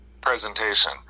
presentation